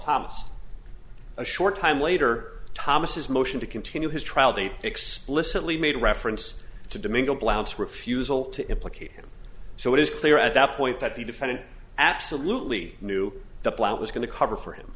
thomas a short time later thomas motion to continue his trial they explicitly made reference to domingo blount's refusal to implicate him so it is clear at that point that the defendant absolutely knew the plot was going to cover for him